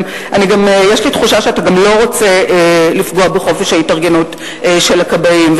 גם יש לי תחושה שאתה לא רוצה לפגוע בחופש ההתארגנות של הכבאים,